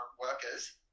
workers